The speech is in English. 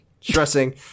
Stressing